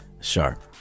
sharp